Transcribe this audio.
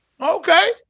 Okay